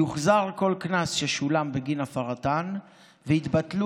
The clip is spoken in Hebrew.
יוחזר כל קנס ששולם בגין הפרתן ויתבטלו